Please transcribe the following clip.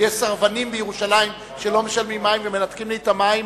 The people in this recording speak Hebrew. או יש סרבנים בירושלים שלא משלמים חשבון מים ומנתקים לי את המים.